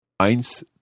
Eins